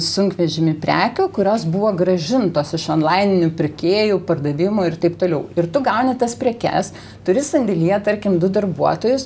sunkvežimį prekių kurios buvo grąžintos iš onlaininių pirkėjų pardavimų ir taip toliau ir tu gauni tas prekes turi sandėlyje tarkim du darbuotojus